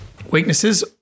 weaknesses